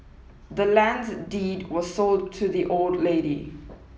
the land's deed was sold to the old lady